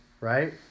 right